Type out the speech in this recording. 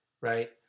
right